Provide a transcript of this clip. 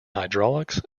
hydraulics